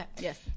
yes